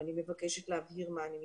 ואני מבקשת להסביר למה אני מתכוונת: